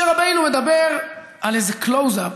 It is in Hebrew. משה רבנו מדבר על איזה קלוז-אפ,